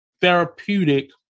therapeutic